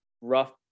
rough